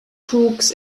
crooks